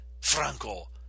Franco